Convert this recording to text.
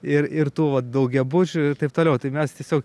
ir ir tų vat daugiabučių ir taip toliau tai mes tiesiog